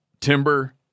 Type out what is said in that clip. timber